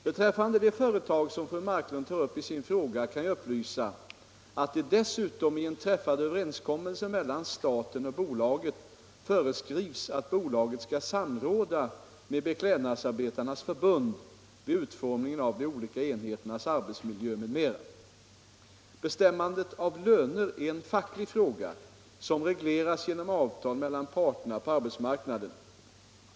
Beträffande det företag som fru Marklund tar upp i sin fråga kan jag upplysa, att det dessutom i en träffad överenskommelse mellan staten och bolaget föreskrivs att bolaget skall samråda med Beklädnadsarbetarnas förbund vid utformningen av de olika enheternas arbetsmiljö m.m. Bestämmandet av löner är en facklig fråga som regleras genom avtal mellan parterna på arbetsmarknaden.